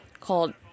called